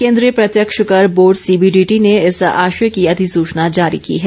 केन्द्रीय प्रत्यक्ष कर बोर्ड सीबीडीटी ने इस आशय की अधिसूचना जारी की है